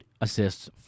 assists